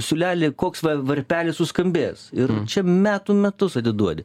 siūlelį koks varpelis suskambės ir čia metų metus atiduodi